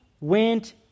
went